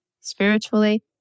spiritually